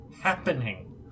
happening